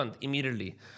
immediately